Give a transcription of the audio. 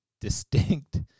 distinct